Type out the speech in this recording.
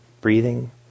breathing